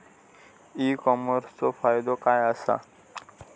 E कॉमर्सचो फायदो काय असा?